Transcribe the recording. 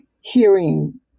hearing